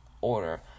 order